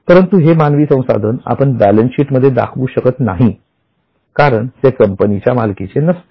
परंतु हे मानवी संसाधन आपण बॅलंसशीट मध्ये दाखवू शकत नाही कारण ते कंपनीच्या मालकीचे नसते